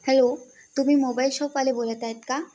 hello तुम्ही mobile शॉपवाले बोलत आहेत का